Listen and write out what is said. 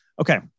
Okay